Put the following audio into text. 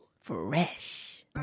Fresh